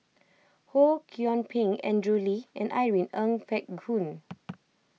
Ho Kwon Ping Andrew Lee and Irene Ng Phek Hoong